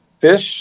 Fish